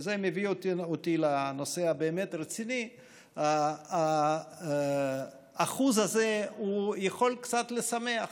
וזה מביא אותי לנושא הרציני באמת: האחוז הזה יכול קצת לשמח,